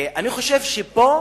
אני חושב שפה